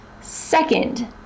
second